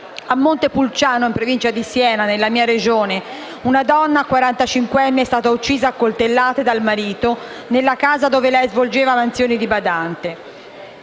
A Montepulciano, in provincia di Siena, dunque nella mia Regione, una donna quarantacinquenne è stata uccisa a coltellate dal marito nella casa dove lei svolgeva mansioni di badante.